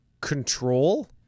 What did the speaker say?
control